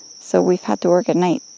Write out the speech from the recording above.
so we've had to work at night.